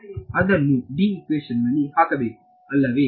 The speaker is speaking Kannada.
ಅದನ್ನು ಇಕ್ವೇಶನ್ ನಲ್ಲಿ ಹಾಕಬೇಕು ಅಲ್ಲವೇ